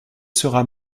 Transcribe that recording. sera